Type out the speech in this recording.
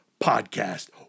Podcast